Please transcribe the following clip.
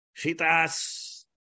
Shitas